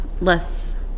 less